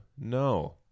No